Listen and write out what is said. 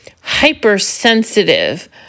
hypersensitive